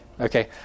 Okay